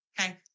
Okay